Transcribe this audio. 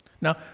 Now